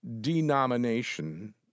denomination